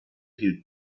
hielt